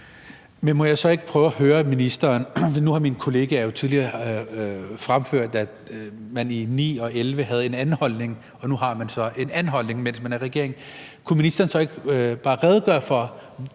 Men må jeg så ikke prøve at høre ministeren om noget. Nu har mine kollegaer jo tidligere fremført, at man i 2009 og 2011 havde én holdning, og nu har man så en anden holdning, mens man er i regering. Kunne ministeren så ikke bare redegøre for,